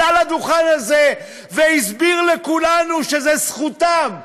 עלה לדוכן הזה והסביר לכולנו שזאת זכותם.